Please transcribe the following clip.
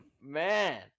Man